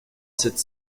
sept